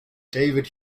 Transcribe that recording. david